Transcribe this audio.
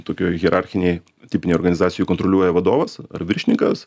tokioj hierarchinėj tipinėj organizacijoj kontroliuoja vadovas ar viršininkas